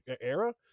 era